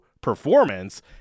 performance